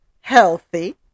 healthy